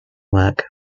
work